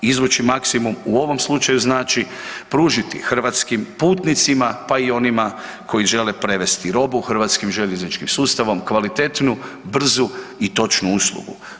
Izvući maksimum u ovom slučaju znači pružiti hrvatskim putnicima pa i onima koji žele prevesti robu hrvatskim željezničkim sustavom, kvalitetnu, brzu i točnu uslugu.